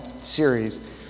series